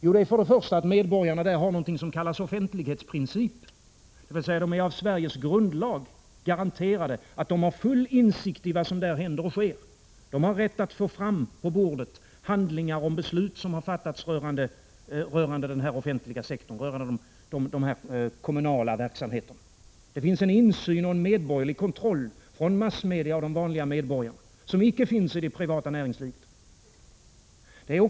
Jo, först och främst har vi någonting som kallas offentlighetsprincipen, dvs. medborgarna är av Sveriges grundlag garanterade full insikt i vad som händer. De har rätt att få på bordet handlingar om beslut som har fattats rörande den offentliga sektorn och de kommunala verksamheterna. Det finns en insyn och en medborgerlig kontroll från massmediernas och vanliga medborgares sida, vilket icke finns inom det privata näringslivet.